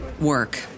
work